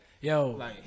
Yo